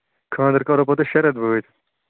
خانٛدر کَرو پتہٕ أسۍ شےٚ رٮ۪تھ بٲدۍ